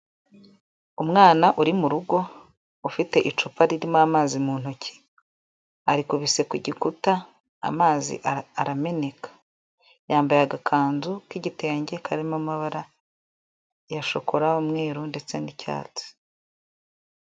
Umwana uri mu rugo ufite icupa ririmo amazi mu ntoki, arikubise ku gikuta amazi arameneka. Yambaye agakanzu k'igitenge karimo amabara ya shokora, umweru ndetse n'icyatsi.